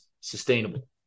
sustainable